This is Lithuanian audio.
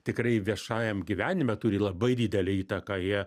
tikrai viešajam gyvenime turi labai didelę įtaką jie